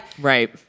Right